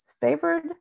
favored